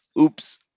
Oops